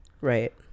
Right